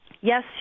Yes